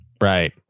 Right